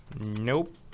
Nope